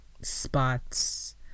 spots